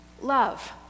love